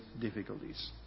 difficulties